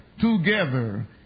together